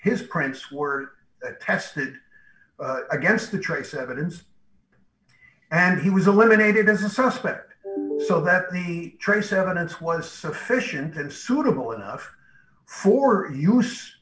his prints were tested against the trace evidence and he was eliminated as a suspect so that the trace evidence was sufficient and suitable enough for use